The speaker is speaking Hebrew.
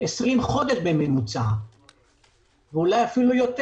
20 חודש בממוצע ואולי אף יותר.